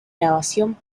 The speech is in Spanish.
grabación